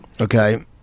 okay